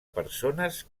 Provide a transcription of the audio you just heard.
persones